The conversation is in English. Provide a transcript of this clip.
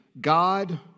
God